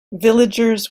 villagers